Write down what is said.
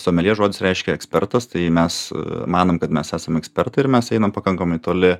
someljė žodis reiškia ekspertas tai mes manom kad mes esam ekspertai ir mes einam pakankamai toli